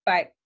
Bye